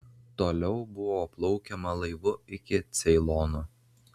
toliau buvo plaukiama laivu iki ceilono